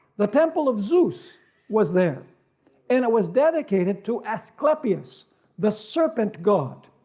the temple of zeus was there and it was dedicated to asklepios the serpent god.